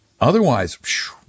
otherwise